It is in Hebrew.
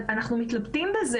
אנחנו מתלבטים בזה.